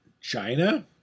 China